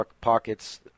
pockets